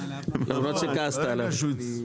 למרות שכעסת עליו.